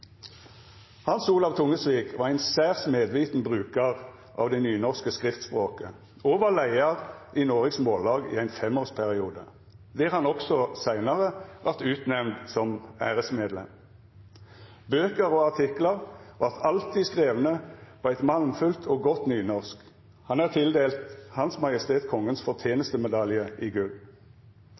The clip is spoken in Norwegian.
Hans Olav Tungesvik var ein særs medviten brukar av det nynorske skriftspråket og var leiar i Noregs Mållag i ein femårsperiode, der han også seinare vart utnemnd til æresmedlem. Bøker og artiklar vart alltid skrivne på eit malmfullt og godt nynorsk. Han er tildelt Hans Majestet Kongens fortenestemedalje i gull.